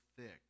thick